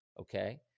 okay